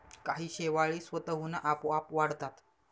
काही शेवाळी स्वतःहून आपोआप वाढतात